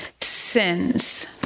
sins